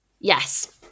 Yes